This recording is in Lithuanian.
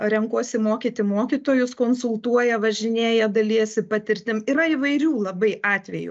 renkuosi mokyti mokytojus konsultuoja važinėja dalijasi patirtim yra įvairių labai atvejų